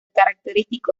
característico